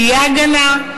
תהיה הגנה,